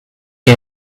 che